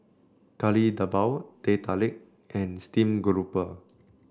Kari Debal Teh Tarik and Steamed Grouper